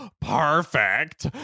perfect